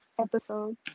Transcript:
episode